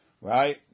Right